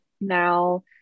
now